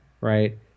right